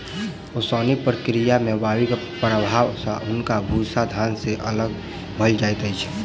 ओसौनिक प्रक्रिया में वायु के प्रभाव सॅ हल्का भूस्सा धान से अलग भअ जाइत अछि